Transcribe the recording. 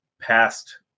past